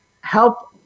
help